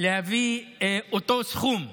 להביא את אותו סכום,